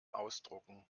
ausdrucken